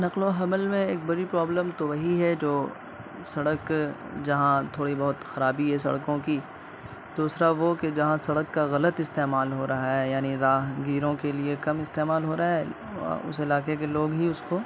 نقل و حمل میں ایک بڑی پرابلم تو وہی ہے جو سڑک جہاں تھوڑی بہت خرابی ہے سڑکوں کی دوسرا وہ کہ جہاں سڑک کا غلط استعمال ہو رہا ہے یعنی راہگیروں کے لیے کم استعمال ہو رہا ہے اس علاقے کے لوگ ہی اس کو